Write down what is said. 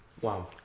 Wow